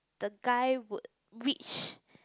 the guy would reach